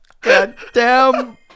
Goddamn